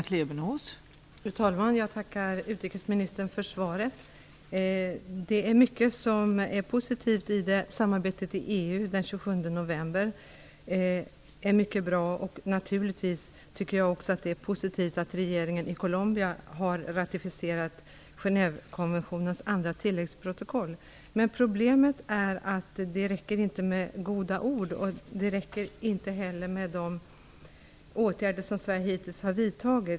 Fru talman! Jag tackar utrikesministern för svaret. Det är mycket som är positivt i det. Samarbetet i EU den 27 november var mycket bra, och naturligtvis är det också positivt att regeringen i Colombia har ratificerat Genèvekonventionens andra tilläggsprotokoll. Men problemet är att det inte räcker med goda ord. Det räcker heller inte med de åtgärder som Sverige hittills har vidtagit.